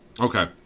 Okay